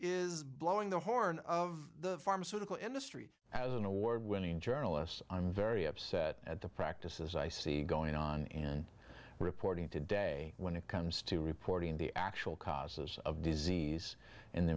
is blowing the horn of the pharmaceutical industry as an award winning journalist i'm very upset at the practices i see going on and reporting today when it comes to reporting the actual causes of disease in the